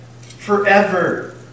forever